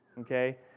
Okay